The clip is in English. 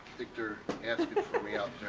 victor asked me out